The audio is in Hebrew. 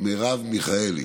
מרב מיכאלי,